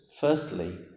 firstly